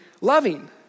loving